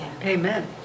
Amen